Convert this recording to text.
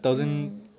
mm